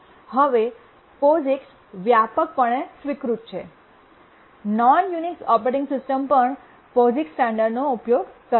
હવે પોસિક્સ વ્યાપકપણે સ્વીકૃત છે નોન યુનિક્સ ઓપરેટિંગ સિસ્ટમ્સ પણ પોઝિક્સ સ્ટાન્ડર્ડનો ઉપયોગ કરે છે